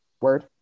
Word